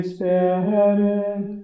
Spirit